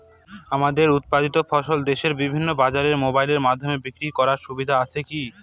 আমার উৎপাদিত ফসল দেশের বিভিন্ন বাজারে মোবাইলের মাধ্যমে বিক্রি করার সুবিধা আছে কি?